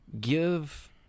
give